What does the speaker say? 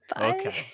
Okay